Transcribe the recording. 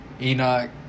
Enoch